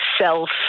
self